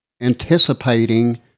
anticipating